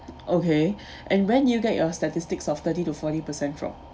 okay and when you get your statistics of thirty to forty percent from